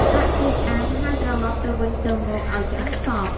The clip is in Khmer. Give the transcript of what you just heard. ដាក់ចេកអាំង ហើយត្រឡប់ទៅវិញទៅមកឱ្យឆ្អិនសព្វ។